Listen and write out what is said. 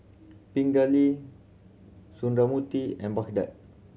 Pingali Sundramoorthy and Bhagat